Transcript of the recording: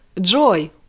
joy